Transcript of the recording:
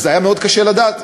אז היה קשה מאוד לדעת.